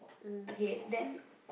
okay then